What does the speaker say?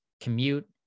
commute